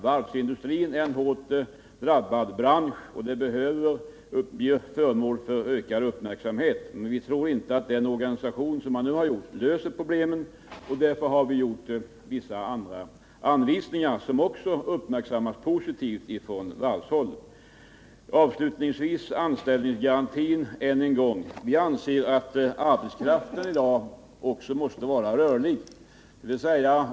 Varvsindustrin är en hårt drabbad bransch, och den behöver bli föremål för ökad uppmärksamhet. Men vi tror inte att den organisation som man nu har skapat löser problemen. Därför har vi anvisat andra lösningar, vilka har uppmärksammats positivt från varvshåll. Avslutningsvis skall jag än en gång säga några ord om anställningsgarantin. Vi anser att dagens arbetskraft måste vara rörlig.